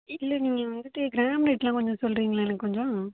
இல்லை நீங்கள் வந்துட்டு கிராம் ரேட்லா கொஞ்சம் சொல்கிறிங்களா எனக்கு கொஞ்சம்